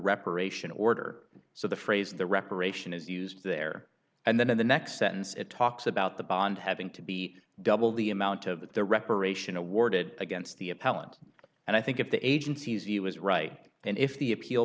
reparation order so the phrase the reparation is used there and then in the next sentence it talks about the bond having to be double the amount to the reparation awarded against the appellant and i think if the agency's was right and if the appeal